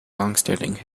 longstanding